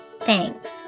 thanks